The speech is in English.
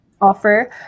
Offer